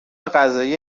قضایی